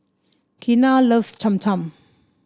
Keena loves Cham Cham